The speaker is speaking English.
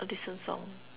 listen song